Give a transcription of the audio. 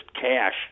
cash